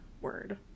word